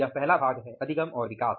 यह पहला भाग है अधिगम और विकास